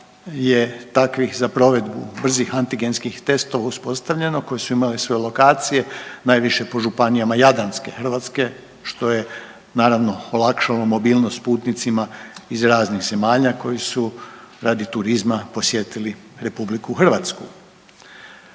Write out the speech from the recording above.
je takvih za provedbu brzih antigenskih testova uspostavljeno koje su imale svoje lokacije najviše po županijama jadranske Hrvatske što je naravno olakšalo mobilnost putnicima iz raznih zemalja koji su radi turizma posjetili RH.